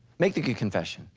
make the good confession.